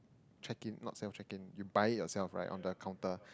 check in not self check in you buy it yourself right on the counter